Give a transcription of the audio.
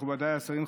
מכובדיי השרים,